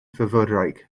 fyfyrwraig